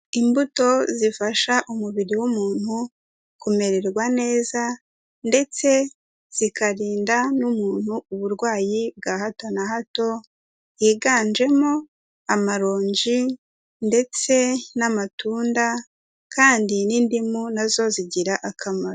Imbuto zifasha umubiri w'umuntu kumererwa neza ndetse zikarinda n'umuntu uburwayi bwa hato na hato, higanjemo amaronji ndetse n'amatunda kandi n'indimu na zo zigira akamaro.